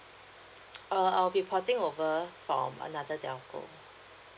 err I'll be porting over from another telco